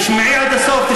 תשמעי עד הסוף.